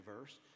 verse